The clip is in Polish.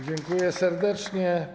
Dziękuję serdecznie.